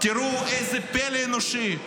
תראו איזה פלא אנושי: